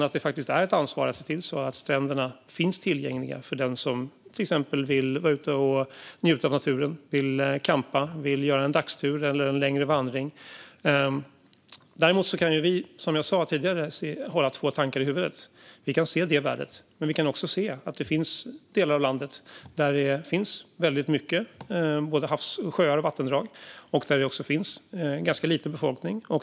Vi har ett ansvar för att se till att stränderna finns tillgängliga för den som till exempel vill vara ute och njuta av naturen, campa, göra en dagstur eller en längre vandring. Däremot kan vi, som jag sa tidigare, hålla två tankar i huvudet samtidigt. Vi kan se det värdet, men vi kan också se att det finns delar av landet där det finns väldigt mycket hav, sjöar och vattendrag och också ganska liten befolkning.